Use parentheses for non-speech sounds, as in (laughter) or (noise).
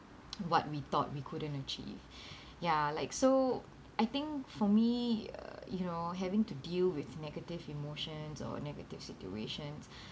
(noise) what we thought we couldn't achieve (breath) ya like so I think for me uh you know having to deal with negative emotions or negative situations (breath)